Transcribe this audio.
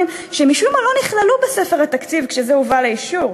שמשום מה לא נכללו בספר התקציב כשזה הובא לאישור.